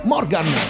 Morgan